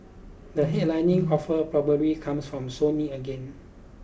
the headlining offer probably comes from Sony again